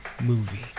movie